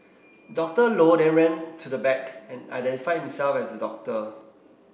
Doctor Low then ran to the back and identified himself as a doctor